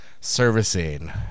servicing